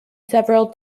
several